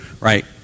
Right